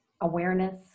awareness